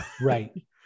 right